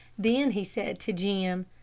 then he said to jim,